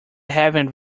having